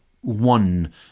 one